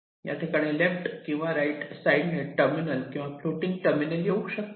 या ठिकाणी लेफ्ट किंवा राईट साईडने टर्मिनल किंवा फ्लोटिंग टर्मिनल येऊ शकतात